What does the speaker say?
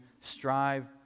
strive